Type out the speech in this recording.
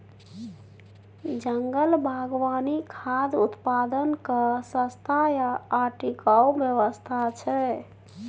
जंगल बागवानी खाद्य उत्पादनक सस्ता आ टिकाऊ व्यवस्था छै